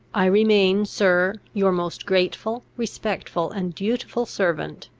i remain, sir, your most grateful, respectful, and dutiful servant,